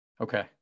Okay